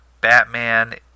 Batman